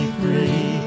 free